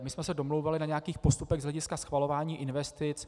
My jsme se domlouvali na nějakých postupech z hlediska schvalování investic.